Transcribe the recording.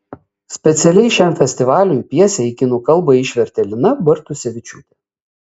specialiai šiam festivaliui pjesę į kinų kalbą išvertė lina bartusevičiūtė